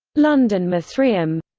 london mithraeum